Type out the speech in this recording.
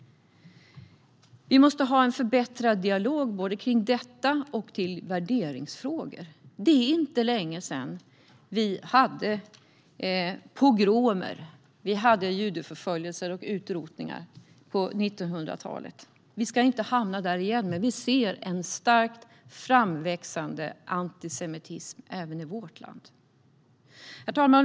Vi måste ha en förbättrad dialog om både detta och värderingsfrågor. Det är inte länge sedan vi på 1900-talet hade pogromer, judeförföljelser och utrotningar. Vi ska inte hamna där igen, men vi ser en starkt framväxande antisemitism även i vårt land. Herr talman!